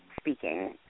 speaking